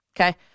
okay